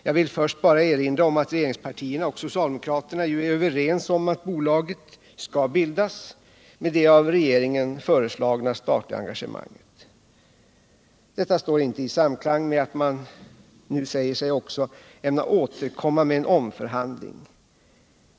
Jag vill först bara erinra om att regeringspartierna och socialdemokraterna ju är överens om att bolaget skall bildas med det av regeringen föreslagna statliga engagemanget. Detta står inte i samklang med att man nu säger att man ämnar återkomma med en omförhandling.